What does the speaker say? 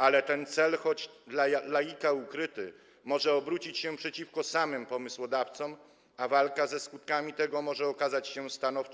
Ale ten cel, choć dla laika ukryty, może obrócić się przeciwko samym pomysłodawcom, a walka ze skutkami tego może okazać się trudna